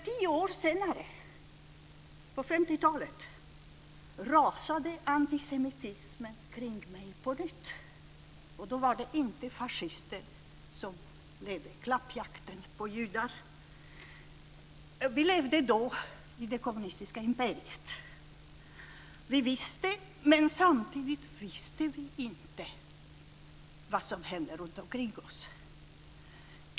Tio år senare, på 50-talet, rasade antisemitismen omkring mig på nytt, men då var det inte fascister som ledde klappjakten på judar. Vi levde då i det kommunistiska imperiet. Vi visste, men samtidigt visste vi inte vad som hände runtomkring oss.